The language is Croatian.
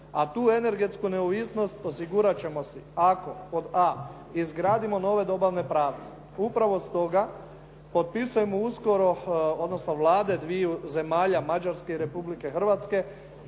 a tu energetsku neovisnost osigurati ćemo si ako, pod a izgradimo nove dobavne pravce. Upravo stoga potpisujemo uskoro, odnosno vlade dvije zemalja Mađarske i Republike Hrvatske